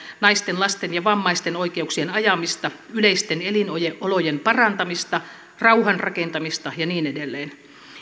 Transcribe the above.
naisten lasten ja vammaisten oikeuksien ajamista yleisten elinolojen elinolojen parantamista rauhan rakentamista ja niin edelleen